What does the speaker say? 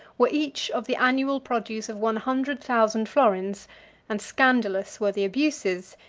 were each of the annual produce of one hundred thousand florins and scandalous were the abuses,